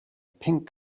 pink